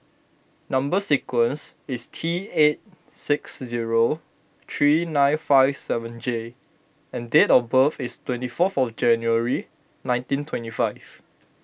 Number Sequence is T eight six zero three nine five seven J and date of birth is twenty four for January nineteen twenty five